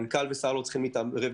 מנכ"ל ושר לא צריכים להתערב בשומות,